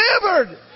delivered